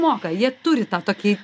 moka jie turi tą tokį